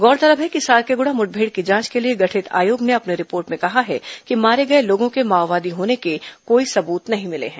गौरतलब है कि सारकेग्रड़ा मुठभेड़ की जांच के लिए गठित आयोग ने अपनी रिपोर्ट में कहा है कि मारे गए लोगों के माओवादी होने के कोई सबूत नहीं मिले हैं